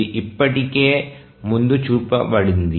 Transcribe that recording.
ఇది ఇప్పటికే ముందు చూపబడింది